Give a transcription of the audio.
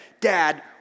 dad